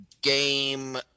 game